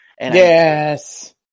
Yes